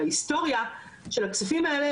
בהיסטוריה של הכספים האלה,